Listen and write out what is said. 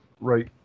right